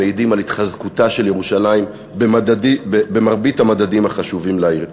המעידים על התחזקותה של ירושלים במרבית המדדים החשובים לעיר.